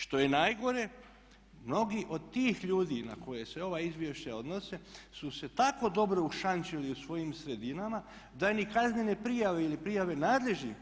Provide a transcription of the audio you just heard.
Što je najgore mnogi od tih ljudi na koje se ova izvješća odnose su se tako dobro ušančili u svojim sredinama da ni kaznene prijave ili prijave nadležnih